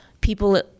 people